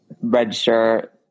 register